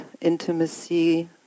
intimacy